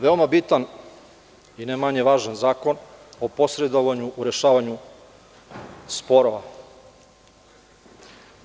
Veoma bitan i ne manje važan Zakon o posredovanju u rešavanju sporova.